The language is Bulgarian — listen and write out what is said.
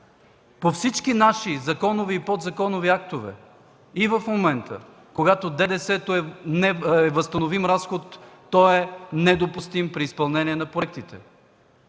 По всички наши законови и подзаконови актове и в момента, когато ДДС-то е възстановим разход, той е недопустим при изпълнение на проектите.